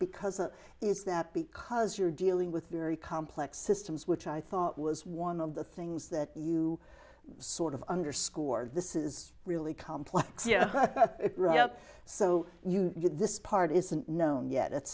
because it is that because you're dealing with very complex systems which i thought was one of the things that you sort of underscore this is really complex so you get this part isn't known yet it's